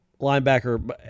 Linebacker